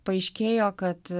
paaiškėjo kad